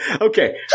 Okay